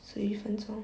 十一分钟